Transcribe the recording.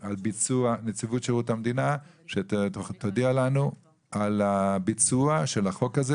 מנציבות שירות המדינה שתודיע לנו על הביצוע של החוק הזה.